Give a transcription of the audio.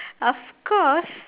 of course